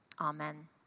Amen